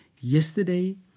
yesterday